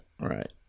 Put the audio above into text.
right